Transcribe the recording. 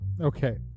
Okay